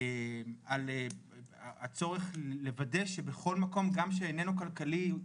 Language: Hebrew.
על הצורך לוודא שבכל מקום, גם שאיננו כלכלי,